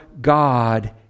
God